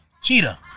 Cheetah